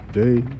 day